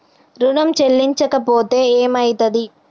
ఋణం చెల్లించకపోతే ఏమయితది?